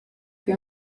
che